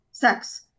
sex